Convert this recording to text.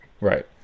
Right